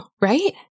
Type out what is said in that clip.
Right